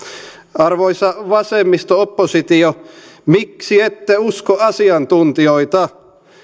arvoisa vasemmisto oppositio miksi ette usko asiantuntijoita